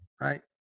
right